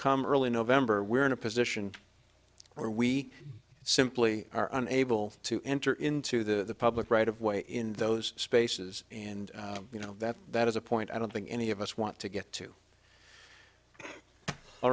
come early november we're in a position where we simply are unable to enter into the public right of way in those spaces and you know that that is a point i don't think any of us want to get to all